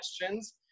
questions